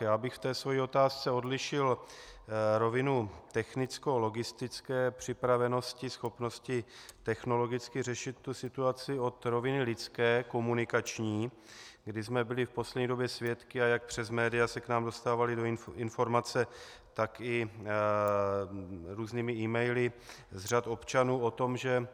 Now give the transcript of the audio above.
Já bych ve své otázce odlišil rovinu technickologistické připravenosti, schopnosti technologicky řešit situaci, od roviny lidské, komunikační, kdy jsem byli v poslední době svědky, a jak přes média se k nám dostávaly informace, tak i různými emaily z řad občanů o tom, že